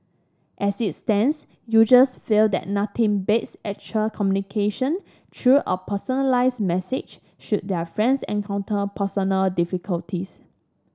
as it stands users feel that nothing beats actual communication through a personalised message should their friends encounter personal difficulties